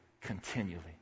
continually